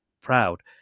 Proud